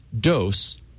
dose